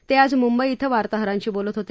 ते आज मुंबई क्रें वार्ताहरांशी बोलत होते